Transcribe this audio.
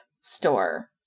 store